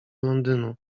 londynu